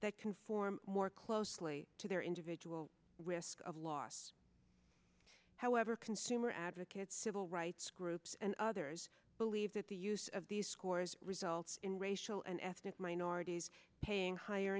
that conform more closely to their individual wisc of loss however consumer advocates civil rights groups and others believe that the use of these scores results in racial and ethnic minorities paying higher